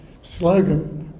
slogan